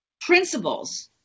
principles